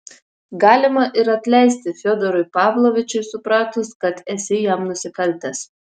galima ir atleisti fiodorui pavlovičiui supratus kad esi jam nusikaltęs